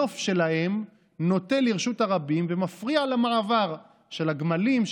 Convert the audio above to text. הנוף שלהם נוטה לרשות הרבים ומפריע למעבר של הגמלים,